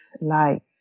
life